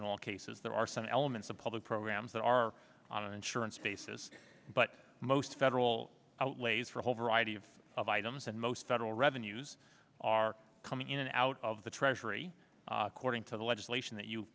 in all cases there are some elements of public programs that are on an insurance basis but most federal outlays for a whole variety of of items and most federal revenues are coming in and out of the treasury according to the legislation that you